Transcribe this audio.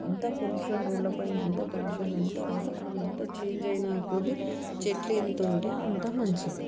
ఎంత పొల్యూషన్ రోడ్ల పైన ఎంత పొల్యూషన్ ఎంత వాతావరణం ఎంత చేంజ్ అయిన కొద్ది చెట్లు ఎంత ఉంటే అంత మంచిది